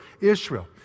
Israel